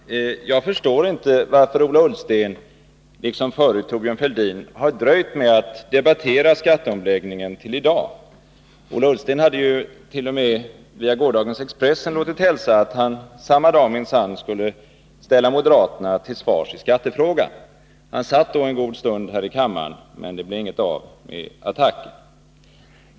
Herr talman! Jag förstår inte varför Ola Ullsten — liksom också Thorbjörn Fälldin — har dröjt med att debattera skatteomläggningen till i dag. Ola Ullsten hade ju t.o.m. via gårdagens Expressen låtit hälsa att han samma dag minsann skulle ställa moderaterna till svars i skattefrågan. Han satt också en god stund här i kammaren, men det blev ingenting av med attacken.